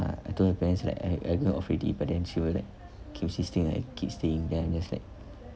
I told her parents like I I'm not free but then she will like keep insisting I keep staying there then it's like